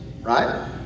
right